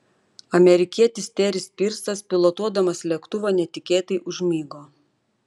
amerikietis teris pyrsas pilotuodamas lėktuvą netikėtai užmigo